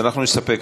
אז אנחנו נסתפק,